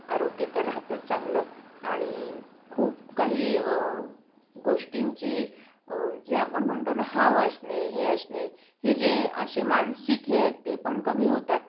आरोग्य तर राहतंच चांगलं आणि खूप काही गोष्टींची जे आपण म्हणतो ना हाव असणे हे असणे हे जे असे मानसिक हे आहेत ते पण कमी होतात